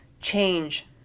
change